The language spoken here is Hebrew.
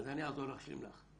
אז אני אעזור לך, אשלים לך.